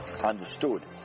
understood